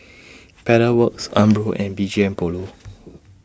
Pedal Works Umbro and B G M Polo